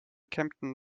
kempten